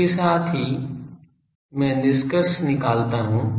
इसके साथ ही मैं निष्कर्ष निकालता हूं